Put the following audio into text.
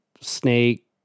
snake